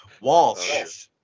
Walsh